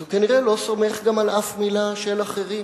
אז הוא כנראה לא סומך גם על אף מלה של אחרים.